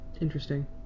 Interesting